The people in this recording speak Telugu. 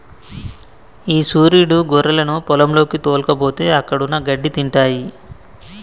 ఈ సురీడు గొర్రెలను పొలంలోకి తోల్కపోతే అక్కడున్న గడ్డి తింటాయి